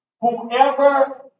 Whoever